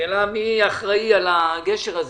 השאלה מי אחראי על הגשר הזה?